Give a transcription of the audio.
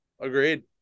agreed